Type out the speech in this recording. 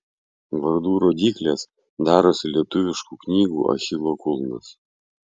vardų rodyklės darosi lietuviškų knygų achilo kulnas